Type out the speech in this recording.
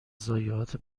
ضایعات